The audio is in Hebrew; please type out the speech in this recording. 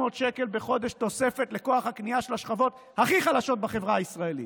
600 שקל בחודש תוספת לכוח הקנייה של השכבות הכי חלשות בחברה הישראלית.